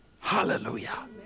hallelujah